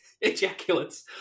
ejaculates